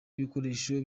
ibikoresho